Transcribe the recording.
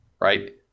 right